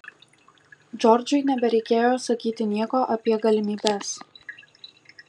džordžui nebereikėjo sakyti nieko apie galimybes